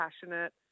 passionate